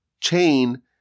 chain